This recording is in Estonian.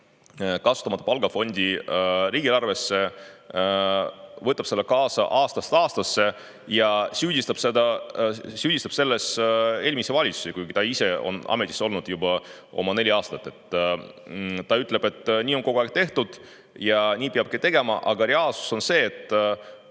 kasutamata palgafond riigieelarvesse, võtab siseminister selle aastast aastasse kaasa ja süüdistab selles eelmisi valitsusi, kuigi ta ise on ametis olnud juba oma [kaks] aastat. Ta ütleb, et nii on kogu aeg tehtud ja nii peabki tegema. Aga reaalsus on see, et